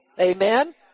Amen